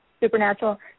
Supernatural